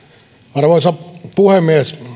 arvoisa puhemies